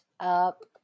up